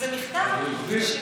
וזה מכתב שנשלח,